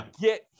get